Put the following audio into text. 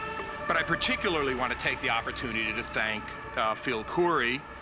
but i particularly want to take the opportunity to thank phil khoury,